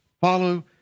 follow